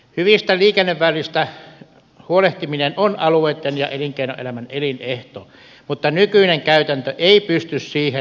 hyvistä liikenneväylistä huolehtiminen on alueitten ja elinkeinoelämän elinehto mutta nykyinen käytäntö ei pysty siihen vastaamaan